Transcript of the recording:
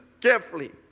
carefully